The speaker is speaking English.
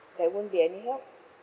that won't be any help